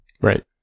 Right